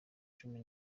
cumi